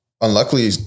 unluckily